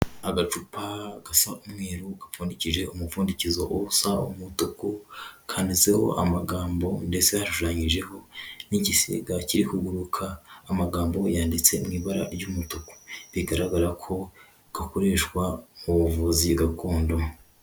Agacupa gasa umweru gapfundikije umupfundikizo usa umutuku, kanditseho amagambo ndetse hashushanyijeho n'igisiga kiri kuguruka, amagambo yanditse mu ibara ry'umutuku, bigaragara ko gakoreshwa mu buvuzi gakondo.